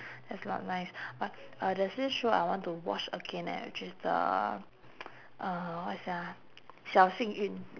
that's not nice but uh there's this show I want to watch again eh which is the uh what's that ah xiao xing yun